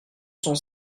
cent